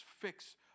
fix